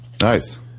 Nice